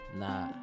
nah